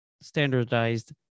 standardized